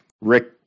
Rick